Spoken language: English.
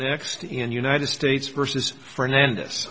next in united states versus fernande